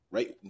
Right